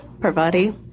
Parvati